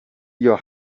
your